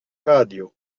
cadio